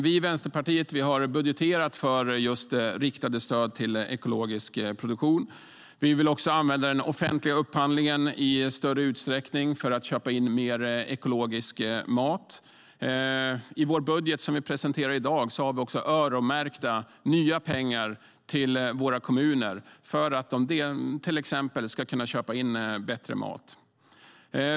Vi i Vänsterpartiet har budgeterat för just riktade stöd till ekologisk produktion. Vi vill också använda den offentliga upphandlingen i större utsträckning, för att köpa in mer ekologisk mat. I den budget vi presenterar i dag har vi också öronmärkta, nya pengar till våra kommuner för att de till exempel ska kunna köpa in bättre mat.